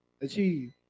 Achieve